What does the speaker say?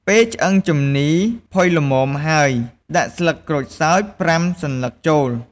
ពេលឆ្អឹងជំនីរផុយល្មមហើយ ដាក់ ស្លឹកក្រូចសើច ៥ សន្លឹក ចូល។